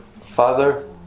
Father